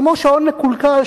כמו שעון מקולקל,